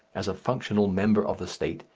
as a functional member of the state,